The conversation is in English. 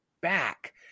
back